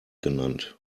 genannt